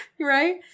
right